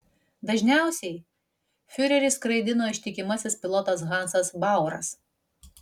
dažniausiai fiurerį skraidino ištikimasis pilotas hansas bauras